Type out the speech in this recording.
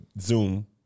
Zoom